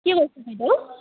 কি কৈছে বাইদেউ